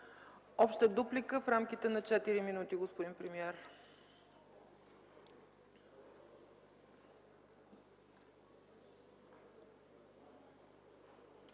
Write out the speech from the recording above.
Обща дуплика в рамките на 4 минути, господин премиер.